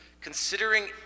Considering